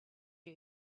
you